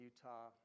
Utah